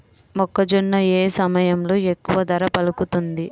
మొక్కజొన్న ఏ సమయంలో ఎక్కువ ధర పలుకుతుంది?